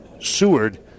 Seward